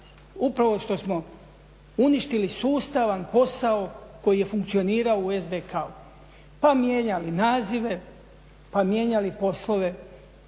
upravo što smo uništili sustavan posao koji je funkcionirao u SDK-u. Pa mijenjali nazive, pa mijenjali poslove.